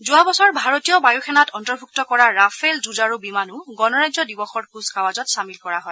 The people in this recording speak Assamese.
যোৱা বছৰ ভাৰতীয় বায়ু সেনাত অন্তৰ্ভুক্ত কৰা ৰাফেল যুঁজাৰু বিমানো গণৰাজ্য দিৱসৰ কুচকাৱাজত চামিল কৰা হয়